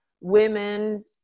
women